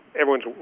everyone's